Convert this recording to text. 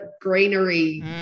greenery